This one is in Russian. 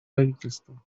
правительством